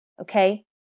okay